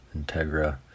Integra